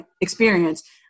experience